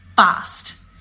fast